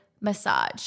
massage